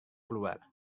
keluar